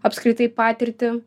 apskritai patirtį